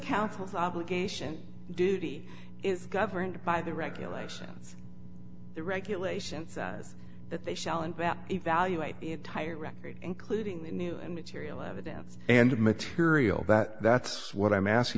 councils obligation duty is governed by the regulations the regulation says that they shall and evaluate the entire record including the new and material evidence and material that that's what i'm asking